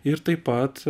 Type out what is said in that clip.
ir taip pat